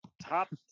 Top